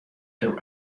their